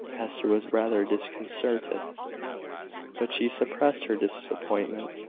hester was rather disconcerted but she suppressed her disappointment,